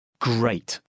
Great